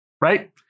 Right